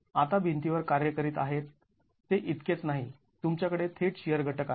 आता भिंतीवर कार्य करीत आहे ते इतकेच नाही तुमच्याकडे थेट शिअर घटक आहे